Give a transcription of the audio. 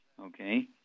okay